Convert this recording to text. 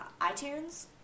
iTunes